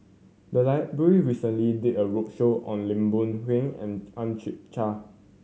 the library recently did a roadshow on Lim Boon Heng and Ang Chwee Chai